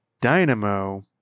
Dynamo